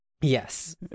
yes